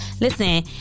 Listen